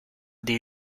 des